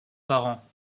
parents